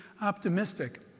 optimistic